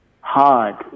hard